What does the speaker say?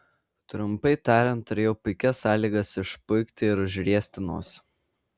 trumpai tariant turėjau puikias sąlygas išpuikti ir užriesti nosį